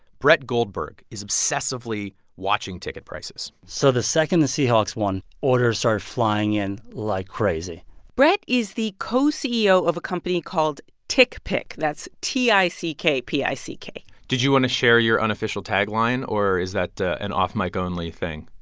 brett goldberg is obsessively watching ticket prices so the second the seahawks won, orders start flying in like crazy brett is the co-ceo of a company called tickpick. that's t i c k p i c k did you want to share your unofficial tagline, or is that an and off-mic-only thing?